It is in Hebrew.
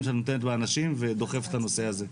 שאת נותנת באנשים ודוחפת את הנושא הזה.